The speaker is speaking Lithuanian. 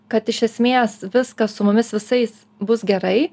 kad iš esmės viskas su mumis visais bus gerai